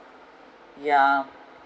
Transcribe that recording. yeah